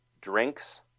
drinks